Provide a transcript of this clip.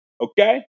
Okay